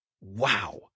Wow